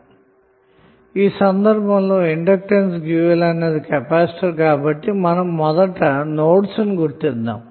కాబట్టి ఈ సందర్భంలో ఇండక్టెన్స్ కి డ్యూయల్ కెపాసిటర్ కాబట్టి మనం ముందుగా నోడ్ లను గుర్తిద్దాము